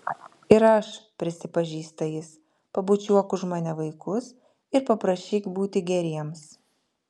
ir aš prisipažįsta jis pabučiuok už mane vaikus ir paprašyk būti geriems